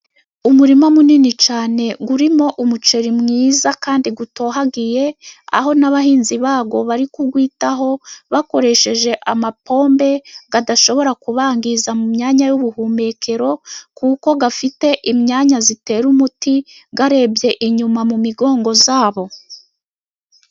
Umurima munini cyane urimo umuceri mwiza, kandi utohagiye aho n' abahinzi bawo bari kuwitaho bakoresheje amapombo, adashobora kubangiza mu myanya y' ubuhumekero kuko afite imyanya zitera umuti zirebye inyuma mu migongo yabo.